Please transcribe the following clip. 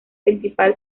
principal